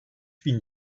bin